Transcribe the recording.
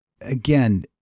again